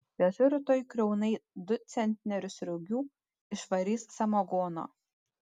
vežu rytoj kriaunai du centnerius rugių išvarys samagono